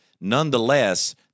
nonetheless